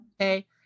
okay